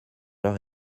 leur